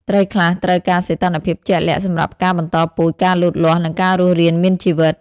ត្រីខ្លះត្រូវការសីតុណ្ហភាពជាក់លាក់សម្រាប់ការបន្តពូជ ការលូតលាស់ និងការរស់រានមានជីវិត។